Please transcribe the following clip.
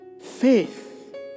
faith